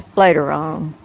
later on.